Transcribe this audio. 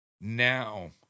now